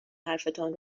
حرفتان